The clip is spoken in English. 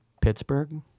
Pittsburgh